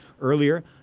earlier